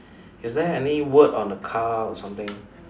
is there any word on the car or something